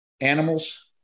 animals